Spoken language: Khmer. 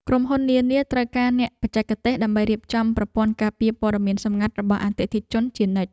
ក្រុមហ៊ុននានាត្រូវការអ្នកបច្ចេកទេស ដើម្បីរៀបចំប្រព័ន្ធការពារព័ត៌មានសម្ងាត់របស់អតិថិជនជានិច្ច។